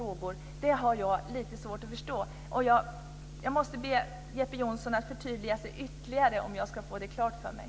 Jag måste be Jeppe Johnsson förtydliga sig ytterligare om jag ska få det klart för mig.